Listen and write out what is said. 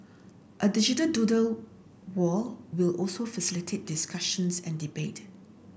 a digital doodle wall will also facilitate discussions and debate